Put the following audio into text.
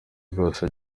rwose